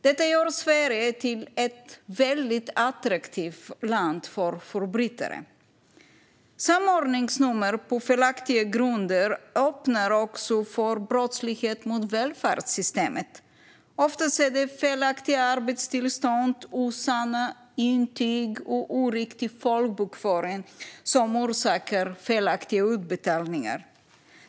Detta gör Sverige till ett väldigt attraktivt land för förbrytare. Samordningsnummer på felaktiga grunder öppnar också för brottslighet mot välfärdssystemet. Oftast är det felaktiga arbetstillstånd, osanna intyg och oriktig folkbokföring som orsakar felaktiga utbetalningar.